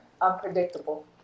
unpredictable